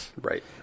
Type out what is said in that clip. Right